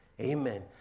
Amen